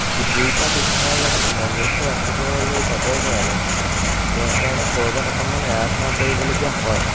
সেই দুইটা বিষয়ৰ লগত সামঞ্জস্য ৰাখিবলৈ যাবৰ কাৰণে যোৱাৰ কাৰণে কৰবাত অকণমান এৰা ধৰা কৰিবলগীয়া হয়